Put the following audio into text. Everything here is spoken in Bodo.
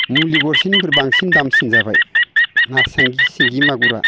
मुलि गरसेनिफ्राय बांसिन दामसिन जाबाय ना सें सिंगि मागुरा